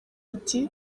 ati